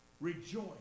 Rejoice